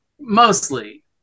Mostly